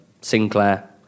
Sinclair